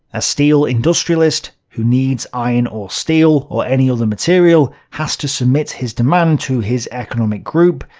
a steel industrialist who needs iron or steel or any other material has to submit his demand to his economic group,